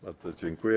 Bardzo dziękuję.